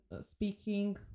speaking